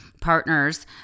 partners